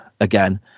again